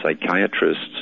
psychiatrists